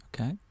okay